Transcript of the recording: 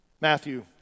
Matthew